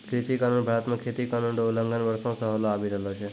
कृषि कानून भारत मे खेती कानून रो उलंघन वर्षो से होलो आबि रहलो छै